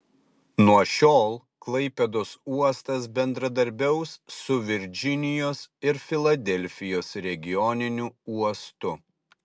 nuo šiol klaipėdos uostas bendradarbiaus su virdžinijos ir filadelfijos regioniniu uostu